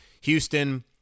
Houston